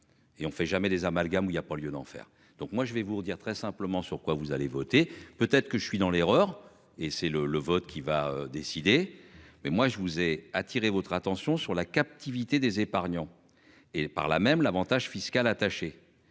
Et on fait jamais des amalgames où il y a pas lieu d'en faire donc moi je vais vous redire très simplement, sur quoi vous allez voter. Peut être que je suis dans l'erreur et c'est le, le vote qui va décider. Mais moi je vous ai attirer votre attention sur la captivité des épargnants et par là même l'Avantage fiscal attaché